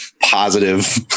positive